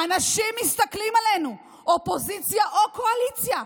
האנשים מסתכלים עלינו, אופוזיציה או קואליציה.